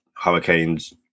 Hurricanes